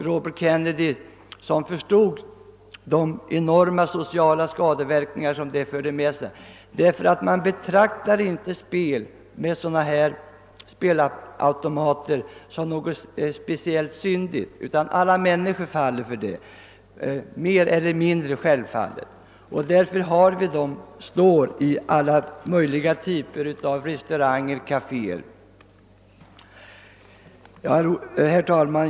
Robert Kennedy förstod också vilka enorma sociala skadeverkningar som uppstod därför att man inte betraktade spel med sådana här spelautomater som någonting speciellt syndigt och att snart sagt alla människor spelade på de automater som står uppställda i restauranger och kaféer av alla möjliga typer. Herr talman!